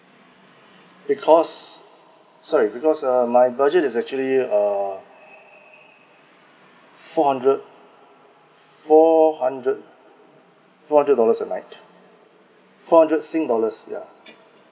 because sorry because uh my budget is actually err four hundred four hundred four hundred dollars a night for hundred sing dollars yeah